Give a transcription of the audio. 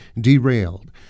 derailed